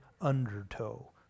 undertow